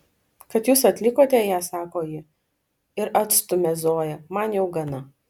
kad jūs atlikote ją sako ji ir atstumia zoją man jau gana